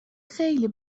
خیلی